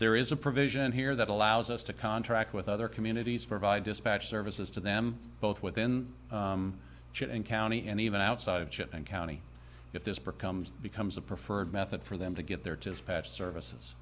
there is a provision here that allows us to contract with other communities for vi dispatch services to them both within and county and even outside of chip and county if this becomes becomes a preferred method for them to get their tos patched services